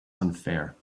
unfair